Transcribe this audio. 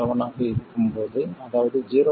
7 ஆக இருக்கும் போது அதாவது 0